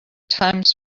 times